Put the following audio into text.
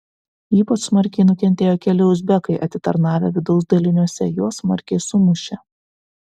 ypač smarkiai nukentėjo keli uzbekai atitarnavę vidaus daliniuose juos smarkiai sumušė